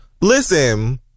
Listen